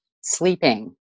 sleeping